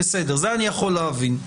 את זה אני יכול להבין.